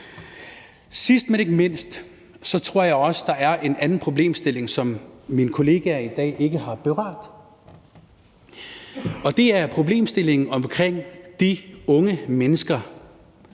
Sidst, men ikke mindst, tror jeg også, der er en anden problemstilling, som mine kollegaer i dag ikke har berørt, og det er problemstillingen med de unge mennesker,